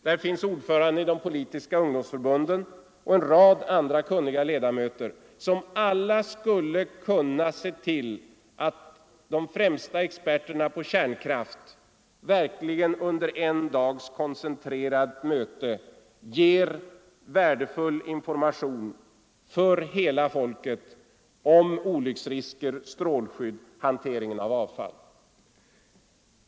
Där finns ordförandena i de politiska ungdomsförbunden och en rad andra kunniga ledamöter, som alla skulle kunna se till, att de främsta experterna på kärnkraft verkligen under en dags koncentrerat möte ger värdefull information för hela folket om olycksrisker, om strålskydd, om hanteringen av avfall.